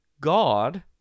God